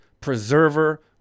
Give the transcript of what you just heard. Preserver